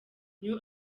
new